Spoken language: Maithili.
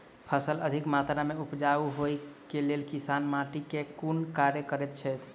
फसल अधिक मात्रा मे उपजाउ होइक लेल किसान माटि मे केँ कुन कार्य करैत छैथ?